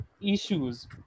issues